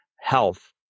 health